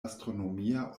astronomia